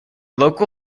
local